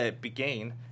began